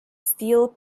steel